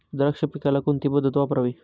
द्राक्ष पिकाला कोणती पद्धत वापरावी?